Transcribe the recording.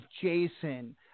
Jason –